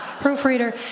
proofreader